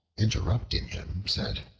interrupting him, said,